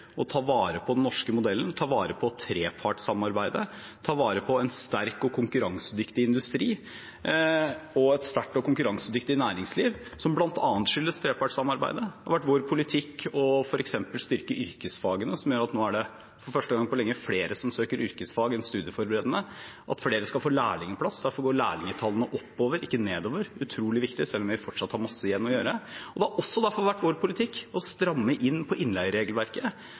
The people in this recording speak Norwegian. og ta vare på den norske modellen, ta vare på trepartssamarbeidet, ta vare på en sterk og konkurransedyktig industri og et sterkt og konkurransedyktig næringsliv, som bl.a. skyldes trepartssamarbeidet. Det har vært vår politikk f.eks. å styrke yrkesfagene – som gjør at det nå for første gang på lenge er flere som søker yrkesfag enn studieforberedende – at flere skal få lærlingplass. Derfor går lærlingtallene oppover, ikke nedover. Det er utrolig viktig, selv om vi fortsatt har masse igjen å gjøre. Det har også vært vår politikk å stramme inn på innleieregelverket,